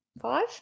five